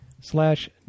slash